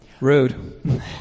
Rude